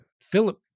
Philip